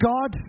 God